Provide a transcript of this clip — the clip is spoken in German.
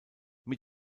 mit